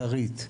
כרית,